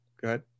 Good